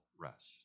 rest